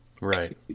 Right